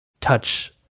touch